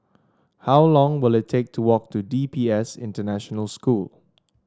how long will it take to walk to D P S International School